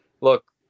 Look